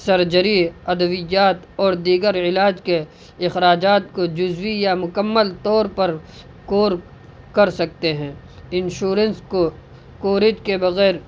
surgery ادویات اور دیگر علاج کے اخراجات کو جزوی یا مکمل طور پر کور کر سکتے ہیں انشورنس کو کوریج کے بغیر